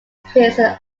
pierson